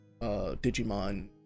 Digimon